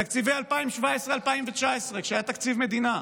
תקציבי 2017 2019, כשהיה תקציב מדינה.